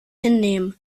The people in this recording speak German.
hinnehmen